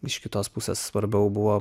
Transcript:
iš kitos pusės svarbiau buvo